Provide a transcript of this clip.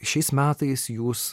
šiais metais jūs